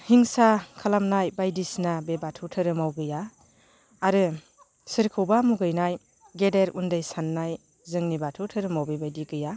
हिंसा खालामनाय बायदिसिना बे बाथौ धोरोमाव गैया आरो सोरखौबा मुगैनाय गेदेर उन्दै साननाय जोंनि बाथौ धोरोमाव बेबायदि गैया